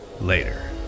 Later